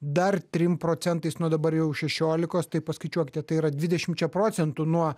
dar trim procentais nuo dabar jau šešiolikos tai paskaičiuokite tai yra dvidešimčia procentų nuo